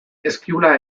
eskiula